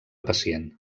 pacient